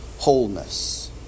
Wholeness